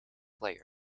player